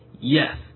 yes